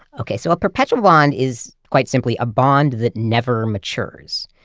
okay, so a perpetual bond is quite simply a bond that never matures.